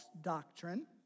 doctrine